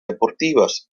deportivas